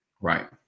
Right